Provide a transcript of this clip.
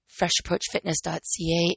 Freshapproachfitness.ca